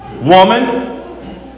Woman